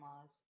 laws